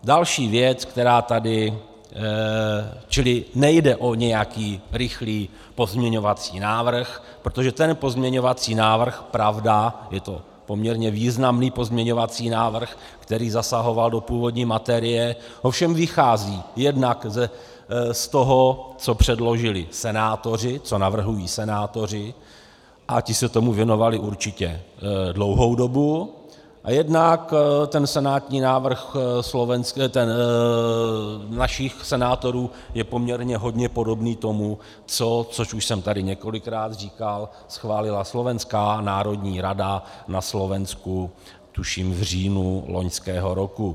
Další věc, která tady čili nejde o nějaký rychlý pozměňovací návrh, protože ten pozměňovací návrh, pravda, je to poměrně významný pozměňovací návrh, který zasahoval do původní materie, ovšem vychází jednak z toho, co předložili senátoři, co navrhují senátoři, a ti se tomu věnovali určitě dlouhou dobu, a jednak ten senátní návrh našich senátorů je poměrně hodně podobný tomu, co což už jsem tady několikrát říkal schválila Slovenská národní rada na Slovensku, tuším, v říjnu loňského roku.